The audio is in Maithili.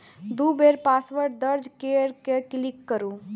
दू बेर पासवर्ड दर्ज कैर के क्लिक करू